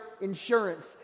insurance